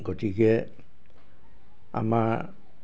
গতিকে আমাৰ